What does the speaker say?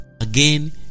Again